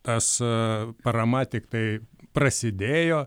tas parama tiktai prasidėjo